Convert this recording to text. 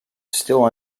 still